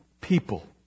people